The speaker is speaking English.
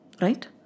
right